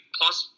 plus